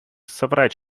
соврать